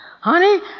Honey